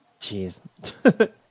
Jeez